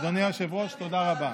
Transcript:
אדוני היושב-ראש, תודה רבה.